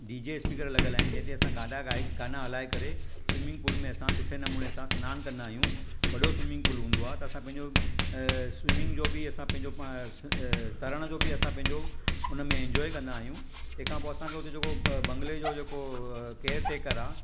DJ speaker लॻलि आहिनि जंहिंते असां गाना गाए गाना हलाए करे स्विमिंग पूल में असां सुठे नमूने सां सनानु कंदा आहियूं वॾो स्विमिंग पूल हूंदो आहे त असां पंहिंजो स्विमिंग जो बि असां पंहिंजो तरण जो बि असां पंहिंजो उनमें एन्जॉय कंदा आहियूं तंहिंखां पोइ असांखे हुते जेको बंगले जो जेको केयर टेकर आहे